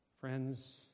Friends